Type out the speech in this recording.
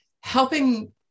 helping